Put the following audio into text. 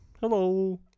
Hello